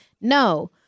no